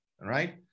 right